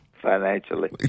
Financially